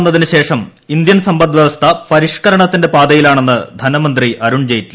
A ഭരണത്തിൽ വന്നതിനുശേഷം Indian സമ്പദ് വൃവസ്ഥ പരിഷ്കരണത്തിന്റെ പാതയിലാണെന്ന് ധനമന്ത്രി അരുൺ ജെയ്റ്റ്ലി